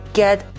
get